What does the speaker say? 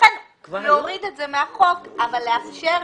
לכן להוריד את זה מהחוק אבל לאפשר.